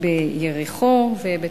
ביריחו ובטובאס.